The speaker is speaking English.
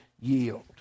yield